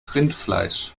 rindfleisch